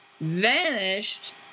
vanished